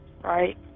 Right